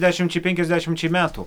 dešimčiai penkiasdešimčiai metų